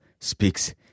speaks